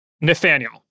Nathaniel